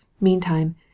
meantime